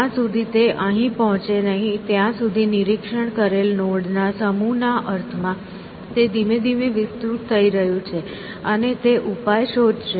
જ્યાં સુધી તે અહીં પહોંચે નહીં ત્યાં સુધી નિરીક્ષણ કરેલ નોડ ના સમૂહ ના અર્થમાં તે ધીમે ધીમે વિસ્તૃત થઈ રહ્યું છે અને તે ઉપાય શોધશે